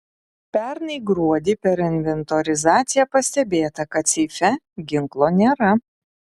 pernai gruodį per inventorizaciją pastebėta kad seife ginklo nėra